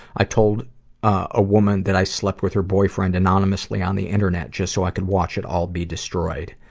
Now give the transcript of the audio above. i told a woman that i slept with her boyfriend, anonymously on the internet, just so i could watch it all be destroyed.